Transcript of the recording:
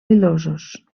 pilosos